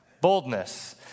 Boldness